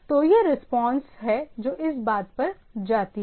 तो यह रिस्पांस है जो इस बात पर जाती है